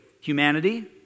humanity